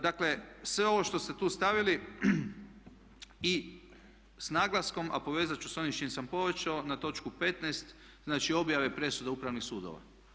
Dakle sve ovo što ste tu stavili i s naglaskom a povezati ću s onim s čime sam početo na točku 15, znači objave presuda upravnih sudova.